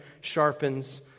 sharpens